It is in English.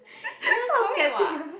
ya correct what